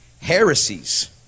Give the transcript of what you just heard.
Heresies